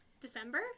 december